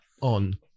On